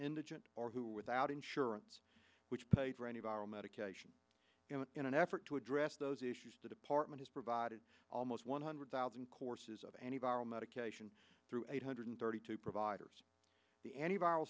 indigent or who without insurance which paid for any of our medication and in an effort to address those issues department is provided almost one hundred thousand courses of any viral medication through eight hundred thirty two providers the antiviral